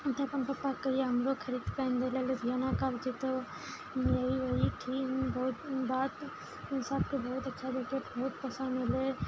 अपन पप्पा करियै हमलोग खरीद कऽ आनि देलए लुधियाना कहलकै तऽ यही वही की बहुत बात सबके बहुत अच्छा लगै छै बहुत पसन्द भेलै